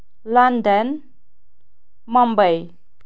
London Mumbai